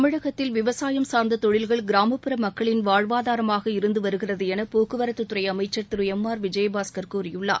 தமிழகத்தில் விவசாயம் சாா்ந்த தொழில்கள் கிராமப்புற மக்களின் வாழ்வதாரமாக இருந்து வருகிறது என போக்குவரத்துத்துறை அமைச்சர் திரு எம் ஆர் விஜயபாஸ்கர் கூறியுள்ளார்